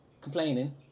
complaining